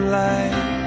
light